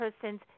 person's